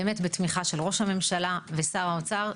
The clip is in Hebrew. באמת בתמיכה של ראש הממשלה ושר האוצר.